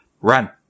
run